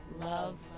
Love